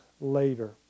later